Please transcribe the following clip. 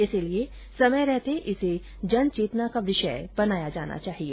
इसलिए समय रहते इसे जन चेतना का विषय बनाया जाना चाहिए